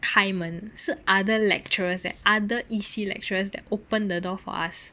开门是 other lecturers eh other E_C lecturers that opened the door for us